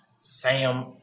Sam